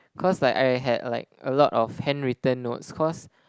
cause like I had like a lot of handwritten notes cause